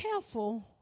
careful